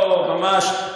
או, ממש.